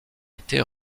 été